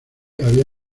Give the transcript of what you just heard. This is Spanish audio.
había